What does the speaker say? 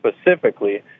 specifically